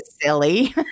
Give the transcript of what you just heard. silly